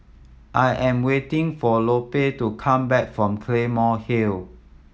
I am waiting for Lupe to come back from Claymore Hill